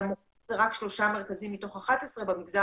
למרות שזה רק שלושה מרכזים מתוך 11 במגזר